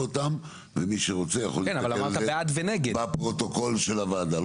אותם ומי שרוצה יכול להסתכל על זה בפרוטוקול של הוועדה.